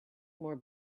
more